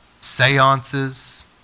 seances